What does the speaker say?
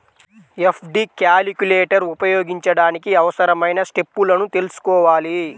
FD calculator ఉపయోగించడానికి అవసరమైన స్టెప్పులను తెల్సుకోవాలి